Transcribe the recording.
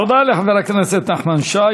תודה לחבר הכנסת נחמן שי.